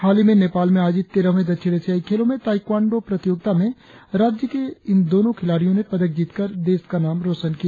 हालही में नेपाल में आयोजित तेरहवें दक्षिण एशियाई खेलो में ताईक्वांडो प्रतियोगिता में राज्य की इन दोनो खिलाड़ियो ने पदक जीतकर देश का नाम रोशन किया